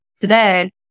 today